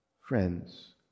friends